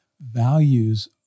Values